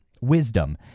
wisdom